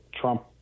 Trump